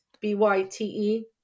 B-Y-T-E